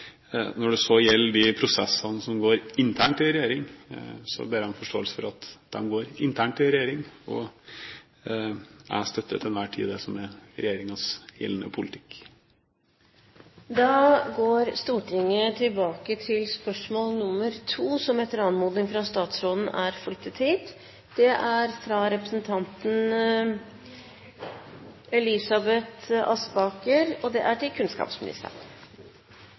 Når det så gjelder de prosessene som går internt i regjeringen, ber jeg om forståelse for at de går internt i regjeringen. Og jeg støtter til enhver tid det som er regjeringens gjeldende politikk. Vi går tilbake til spørsmål